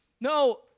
No